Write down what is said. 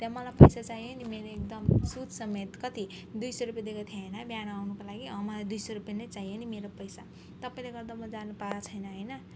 त्यहाँ मलाई पैसा चाहियो नि मेरो एकदम सुदसमेत कति दुई सौ रुपियाँ दिएको थिएँ होइन बिहान आउनुको लागि अँ मलाई दुई सौ रुपियाँ नै चाहियो नि मेरो पैसा तपाईँले गर्दा म जानु पाएको छैन होइन